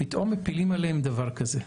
פתאום מפילים עליהם דבר כזה.